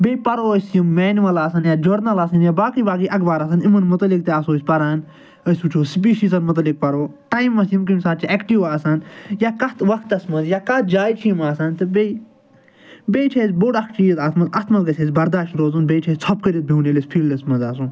بیٚیہِ پَرو أسۍ یِم مینوَل آسَن یا جٔرنَل آسَن یا باقٕے باقٕے اخبار آسَن یِمن مُتعلِق تہِ آسو أسۍ پران أسۍ وٕچھو سپیٖشیٖزَن مُتعلِق پَرو ٹایمَس یِم کَمہِ ساتہٕ چھِ ایٚکٹِو آسان یا کتھ وَقتَس مَنٛز یا کتھ جایہِ چھِ یِم آسان تہٕ بیٚیہِ بیٚیہِ چھِ اَسہِ بوٚڈ اکھ چیٖز اتھ مَنٛز اتھ مَنٛز گَژھِ اَسہِ برداش روزُن بیٚیہِ چھِ اَسہِ ژھۄپہٕ کٔرِتھ بِہُن ییٚلہِ أسۍ فیٖلڈَس مَنٛز آسو